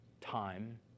time